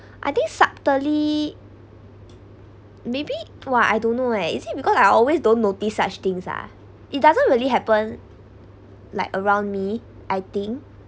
I think subtly maybe !wah! I don't know eh is it because I always don't notice such things ah it doesn't really happen like around me I think